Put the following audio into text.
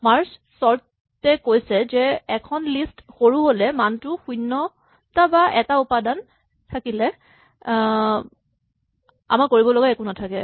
merge sort এ কৈছে যে এখন লিষ্ট সৰু হ'লে মানে শূণ্য টা বা এটা উপাদান থাকিলে আমাৰ কৰিব লগা একো নাথাকে